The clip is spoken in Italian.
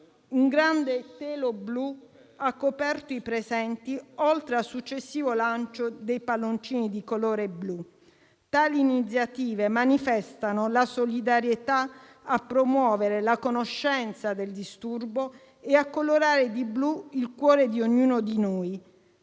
un grande telo blu ha coperto i presenti, oltre al successivo lancio dei palloncini di colore blu. Tali iniziative manifestano la solidarietà a promuovere la conoscenza del disturbo e a colorare di blu il cuore di ognuno di noi.